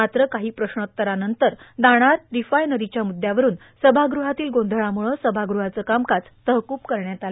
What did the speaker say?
मात्र काही प्रश्नोत्तरानंतर नाणार रिफायनरीच्या मुद्यावरून सभागृहातील गोंधळामुळं सभागृहाचं कामकाज तहकूब करण्यात आलं